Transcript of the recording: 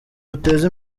bateza